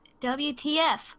WTF